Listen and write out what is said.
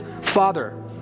Father